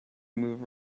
move